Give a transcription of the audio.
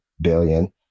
billion